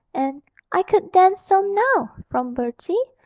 and i could then, so now from bertie,